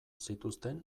zituzten